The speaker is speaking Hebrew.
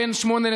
בין 08:00